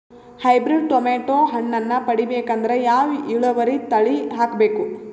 Hybrid tomato ಹಣ್ಣನ್ನ ಪಡಿಬೇಕಂದರ ಯಾವ ಇಳುವರಿ ತಳಿ ಹಾಕಬೇಕು?